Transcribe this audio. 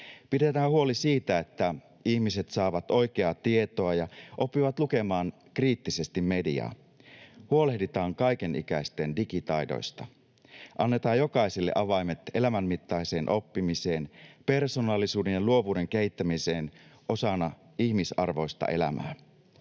Pidetään huoli siitä, että ihmiset saavat oikeaa tietoa ja oppivat lukemaan kriittisesti mediaa. Huolehditaan kaikenikäisten digitaidoista. Annetaan jokaiselle avaimet elämänmittaiseen oppimiseen, persoonallisuuden ja luovuuden kehittämiseen osana ihmisarvoista elämää.